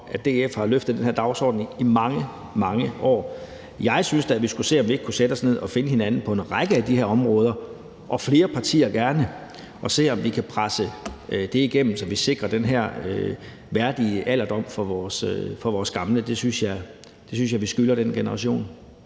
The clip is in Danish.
at DF har løftet den her dagsorden i mange, mange år. Jeg synes da, at vi skulle se, om ikke vi kunne sætte os ned og finde hinanden på en række af de her områder, og gerne flere partier. Så kan vi se, om vi kan presse det igennem, så vi sikrer den her værdige alderdom for vores gamle. Det synes jeg vi skylder den generation.